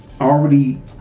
already